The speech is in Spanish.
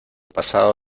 pasado